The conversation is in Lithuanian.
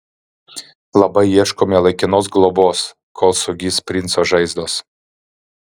labai ieškome laikinos globos kol sugis princo žaizdos